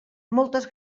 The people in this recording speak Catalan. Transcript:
moltes